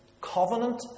Covenant